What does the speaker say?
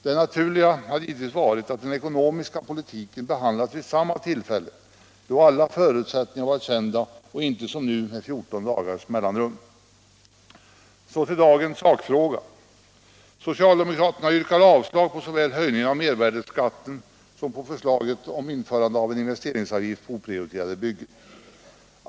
Det naturliga hade givetvis varit att den ekonomiska politiken behandlats vid samma tillfälle, då alla förutsättningar varit kända, och inte som nu med 14 dagars mellanrum. Så till dagens sakfråga. Socialdemokraterna yrkar avslag såväl på höjningen av mervärdeskatten som på förslaget om införande av en investeringsavgift på oprioriterade byggen.